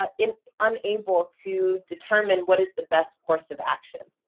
ah it's unable to determine what is the best course of action,